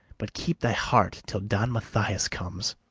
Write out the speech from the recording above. but keep thy heart till don mathias comes.